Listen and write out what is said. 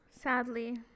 Sadly